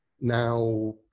now